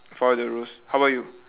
follow the rules how about you